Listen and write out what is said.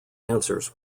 answers